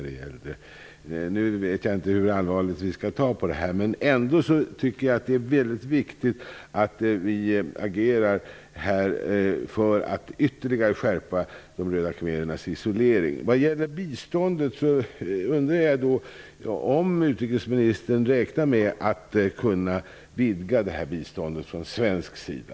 Jag vet inte hur allvarligt vi skall se på det, men det är ändå mycket viktigt att vi agerar för att ytterligare skärpa Vad gäller biståndet undrar jag om utrikesministern räknar med att kunna vidga detta bistånd från svensk sida.